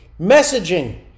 messaging